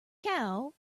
cow